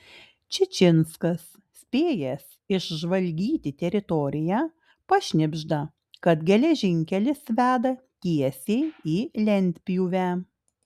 čičinskas spėjęs išžvalgyti teritoriją pašnibžda kad geležinkelis veda tiesiai į lentpjūvę